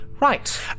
Right